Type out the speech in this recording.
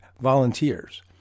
volunteers